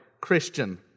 Christian